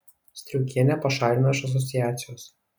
striaukienę pašalino iš asociacijos